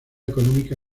económica